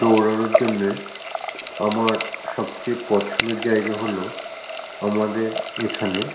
দৌড়ানোর জন্যে আমার সবচেয়ে পছন্দের জায়গা হল আমাদের এখানে